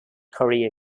career